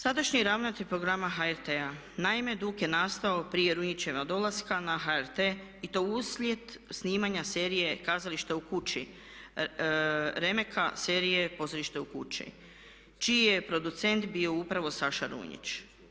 Sadašnji ravnatelj programa HRT-a, naime dug je nastao prije Runjićeva dolaska na HRT i to uslijed snimanja serije "Kazališta u kući" remeka serije "Pozvorište u kući" čiji je producent bio upravo Saša Runjić.